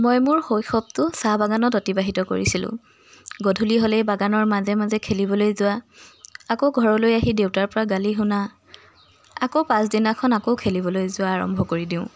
মই মোৰ শৈশৱটো চাহ বাগানত অতিবাহিত কৰিছিলোঁ গধূলি হ'লেই বাগানৰ মাজে মাজে খেলিবলৈ যোৱা আকৌ ঘৰলৈ আহি দেউতাৰ পৰা গালি শুনা আকৌ পাছদিনাখন আকৌ খেলিবলৈ যোৱা আৰম্ভ কৰি দিওঁ